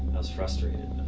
was frustrated